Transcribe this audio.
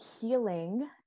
healing